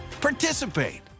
Participate